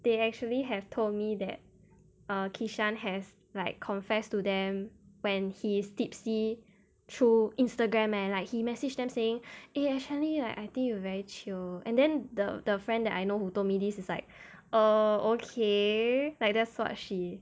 they actually have told me that err kishan has like confessed to them when he is tipsy through instagram eh like he message them saying eh actually like I think you very chio and then the the friend that I know who told me this is like err okay like that's what she